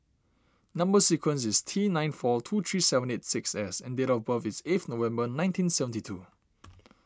Number Sequence is T nine four two three seven eight six S and date of birth is eighth November nineteen seventy two